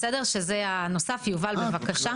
יובל, בבקשה.